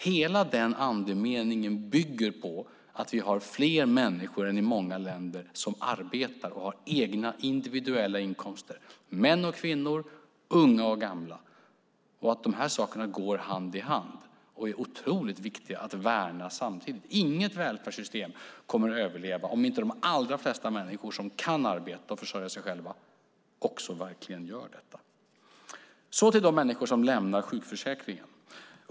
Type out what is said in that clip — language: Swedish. Hela den andemeningen bygger på att vi har fler människor än i många länder som arbetar och har egna individuella inkomster, män och kvinnor, unga och gamla. De sakerna går hand i hand och är otroligt viktiga att värna. Inget välfärdssystem kommer att överleva om inte de allra flesta människor som kan arbeta och försörja sig själva också verkligen gör det. Så till de människor som lämnar sjukförsäkringen.